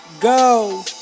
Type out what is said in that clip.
go